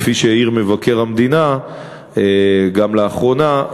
כפי שהעיר מבקר המדינה גם לאחרונה,